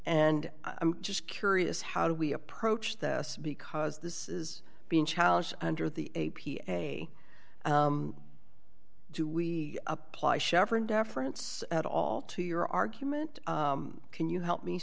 and i'm just curious how do we approach this because this is being challenged under the a do we apply chevron deference at all to your argument can you help me